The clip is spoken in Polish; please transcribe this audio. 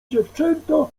dziewczęta